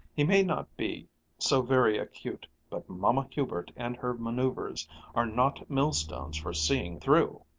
he may not be so very acute, but mamma hubert and her manoeuvers are not millstones for seeing through!